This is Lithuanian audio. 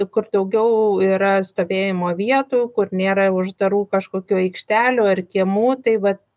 kur daugiau yra stovėjimo vietų kur nėra uždarų kažkokių aikštelių ar kiemų tai vat